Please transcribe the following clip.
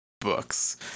books